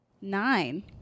Nine